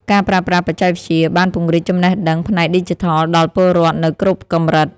ការប្រើប្រាស់បច្ចេកវិទ្យាបានពង្រីកចំណេះដឹងផ្នែកឌីជីថលដល់ពលរដ្ឋនៅគ្រប់កម្រិត។